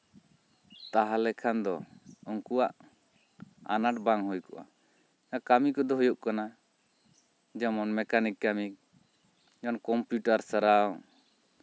ᱛᱟᱦᱚᱞᱮ ᱠᱷᱟᱱ ᱫᱚ ᱩᱱᱠᱩᱣᱟᱜ ᱟᱱᱟᱴ ᱵᱟᱝ ᱦᱩᱭᱠᱚᱜᱼᱟ ᱠᱟᱹᱢᱤ ᱠᱚᱫᱚ ᱦᱩᱭᱩᱜ ᱠᱟᱱᱟ ᱡᱮᱢᱚᱱ ᱢᱮᱠᱟᱱᱤᱠ ᱠᱟᱹᱢᱤ ᱡᱮᱢᱚᱱ ᱠᱚᱢᱯᱤᱭᱩᱴᱟᱨ ᱥᱟᱨᱟᱣ